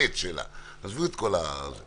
קבענו בזמנו